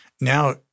Now